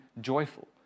joyful